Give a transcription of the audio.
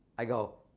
i go,